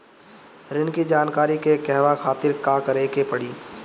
ऋण की जानकारी के कहवा खातिर का करे के पड़ी?